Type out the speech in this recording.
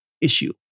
issue